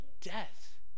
death